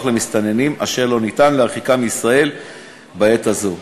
למסתננים אשר אין אפשרות להרחיקם מישראל בעת הזאת.